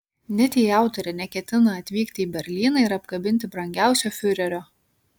net jei autorė neketina atvykti į berlyną ir apkabinti brangiausio fiurerio